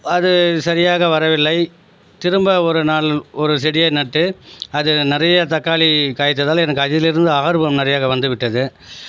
அது சரியாக வரவில்லை திரும்ப ஒரு நாள் ஒரு செடியை நட்டு அதில் நிறைய தக்காளி காய்த்ததால் எனக்கு அதிலிருந்து ஆர்வம் நிறையாக வந்து விட்டது